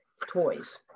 toys